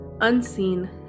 Unseen